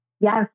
Yes